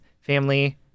family